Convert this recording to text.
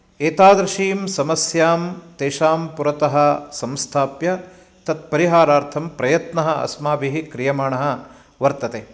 एतादृशीं समस्यां तेषां पुरतः संस्थाप्य तत्परिहारार्थम् प्रयत्नः अस्माभिः क्रियमाणः वर्तते